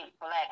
black